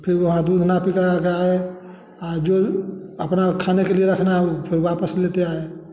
फिर वहाँ दूध नापी करा के आए जो अपना खाने के लिए रखना है वो फिर वापस लेते आए